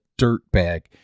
dirtbag